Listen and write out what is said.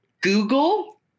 google